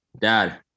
Dad